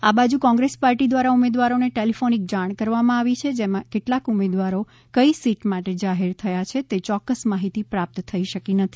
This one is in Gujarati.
આ બાજુ કોંગ્રેસ પાર્ટી દ્વારા ઉમેદવારોને ટેલિફોનિક જાણ કરવામાં આવી છે જેમાં કેટલા ઉમેદવારો કઇ સીટ માટે જાહેર થયા છે તે ચોક્કસ માહિતી પ્રાપ્ત થઇ શકી નથી